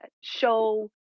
show